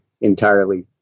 entirely